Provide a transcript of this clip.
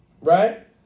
right